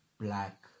black